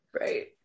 Right